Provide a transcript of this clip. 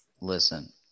Listen